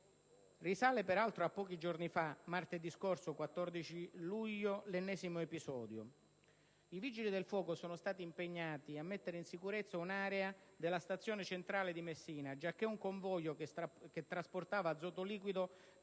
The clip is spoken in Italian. Risale, peraltro, a pochi giorni fa, martedì scorso, 14 luglio, l'ennesimo episodio. I vigili del fuoco sono stati impegnati a mettere in sicurezza un'area della stazione centrale di Messina, giacché un convoglio che trasportava azoto liquido